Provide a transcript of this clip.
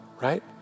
right